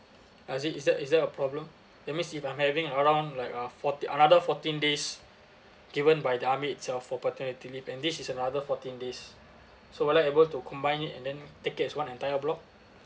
as it is there is there a problem that means if I'm having around like uh forty another fourteen days given by the army itself for paternity leave and this is another fourteen days so will I able to combine it and then take it as one entire block